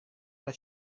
alla